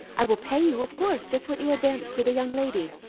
i will pay you, of course, just what you advanced to the young lady.